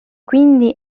quindi